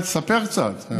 תספר קצת.